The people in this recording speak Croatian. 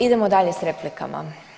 Idemo dalje s replikama.